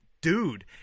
dude